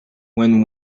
when